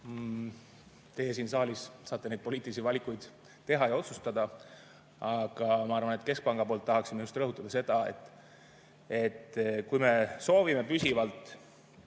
Teie siin saalis saate neid poliitilisi valikuid teha ja otsustada. Aga ma arvan, et keskpanga nimel tahaksin rõhutada seda, et kui me soovime püsivalt